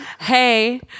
Hey